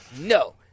no